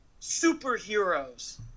superheroes